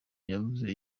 yavuze